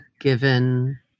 given